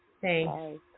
Thanks